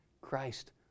Christ